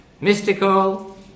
mystical